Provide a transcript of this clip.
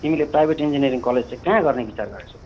तिमीले private engineering college चाहिँ कहाँ गर्ने विचार गरेको छौ